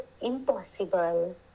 impossible